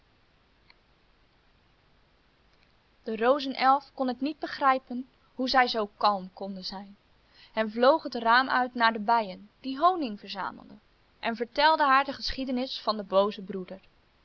de rozenelf kon het niet begrijpen hoe zij zoo kalm konden zijn en vloog het raam uit naar de bijen die honing verzamelden en vertelde haar de geschiedenis van den boozen broeder